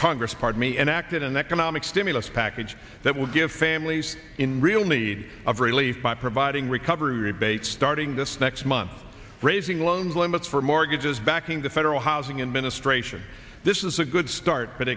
congress pardon me enacted an economic stimulus package that will give families in real need of relief by providing recovery rebates starting this next month raising loan limits for mortgages backing the federal housing administration this is a good start but